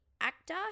actor